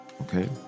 okay